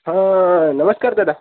हां नमस्कार दादा